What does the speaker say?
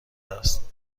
است